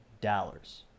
dollars